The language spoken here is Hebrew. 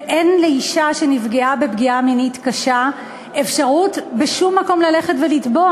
ואין לאישה שנפגעה בפגיעה מינית קשה אפשרות בשום מקום ללכת ולתבוע.